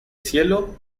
cielo